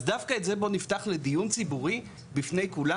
אז דווקא את זה בוא נפתח לדיון ציבורי בפני כולם?